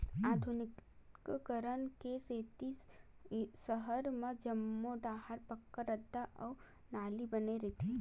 आधुनिकीकरन के सेती सहर म जम्मो डाहर पक्का रद्दा अउ नाली बने रहिथे